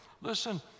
Listen